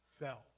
fell